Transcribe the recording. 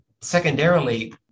secondarily